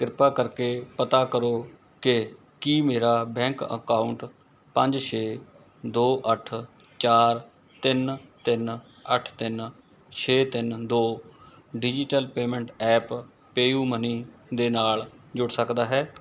ਕ੍ਰਿਪਾ ਕਰਕੇ ਪਤਾ ਕਰੋ ਕਿ ਕੀ ਮੇਰਾ ਬੈਂਕ ਅਕਾਊਂਟ ਪੰਜ ਛੇ ਦੋ ਅੱਠ ਚਾਰ ਤਿੰਨ ਤਿੰਨ ਅੱਠ ਤਿੰਨ ਛੇ ਤਿੰਨ ਦੋ digital payment app PayU Money ਦੇ ਨਾਲ ਜੁੜ ਸਕਦਾ ਹੈ